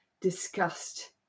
discussed